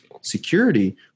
security